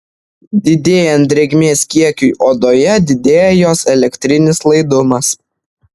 didėjant drėgmės kiekiui odoje didėja jos elektrinis laidumas